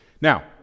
Now